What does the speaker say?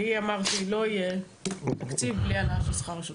אני אמרתי שלא יהיה תקציב בלי העלאת שכר השוטרים,